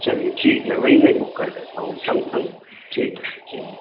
چلیے ٹھیک ہے وہی میں بک کر دیتا ہوں سمسنگ ٹھیک ہے ٹھیک ہے